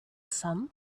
some